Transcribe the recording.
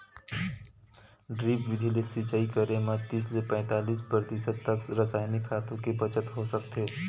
drip बिधि ले सिचई करे म तीस ले पैतालीस परतिसत तक रसइनिक खातू के बचत हो सकथे